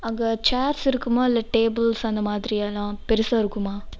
அங்கே சேர்ஸ் இருக்குமா இல்லை டேபிள்ஸ் அந்த மாதிரி எல்லாம் பெருசாக இருக்குமா